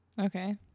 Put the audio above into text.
okay